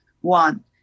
one